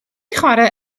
chwarae